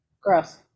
Gross